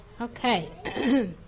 Okay